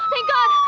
thank god!